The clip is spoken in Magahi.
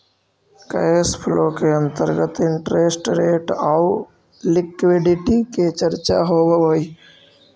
कैश फ्लो के अंतर्गत इंटरेस्ट रेट आउ लिक्विडिटी के चर्चा होवऽ हई